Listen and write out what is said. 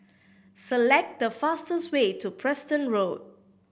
select the fastest way to Preston Road